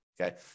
Okay